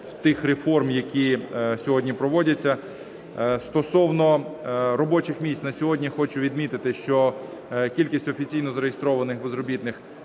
тих реформ, які сьогодні проводяться. Стосовно робочих місць. На сьогодні хочу відмітити, що кількість офіційно зареєстрованих безробітних